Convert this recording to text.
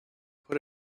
put